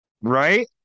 Right